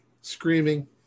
screaming